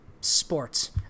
sports